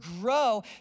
grow